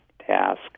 task